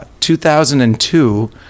2002